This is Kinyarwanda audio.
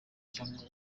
cyangwa